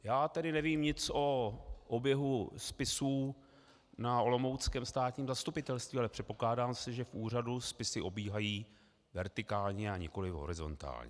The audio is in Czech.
Já tedy nevím nic o oběhu spisů na olomouckém státním zastupitelství, ale předpokládá se, že v úřadu spisy obíhají vertikálně a nikoliv horizontálně.